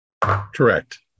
Correct